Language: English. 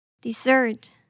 Dessert